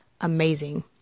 amazing